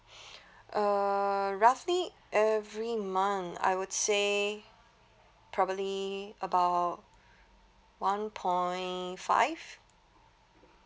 uh roughly every month I would say probably about one point five